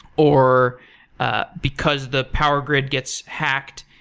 or ah because the power grid gets hacked,